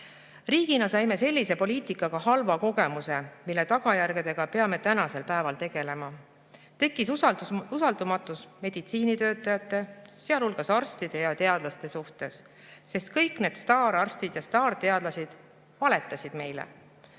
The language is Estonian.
Riigina saime sellise poliitikaga halva kogemuse, mille tagajärgedega peame tänasel päeval tegelema. Tekkis usaldamatus meditsiinitöötajate, sealhulgas arstide ja teadlaste vastu, sest kõik need staararstid ja staarteadlased valetasid meile.